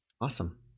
Awesome